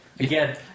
Again